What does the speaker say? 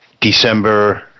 December